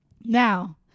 now